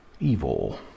evil